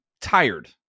tired